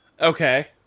Okay